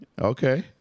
Okay